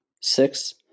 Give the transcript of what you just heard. Six